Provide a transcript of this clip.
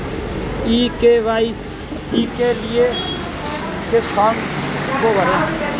ई KYC के लिए किस फ्रॉम को भरें?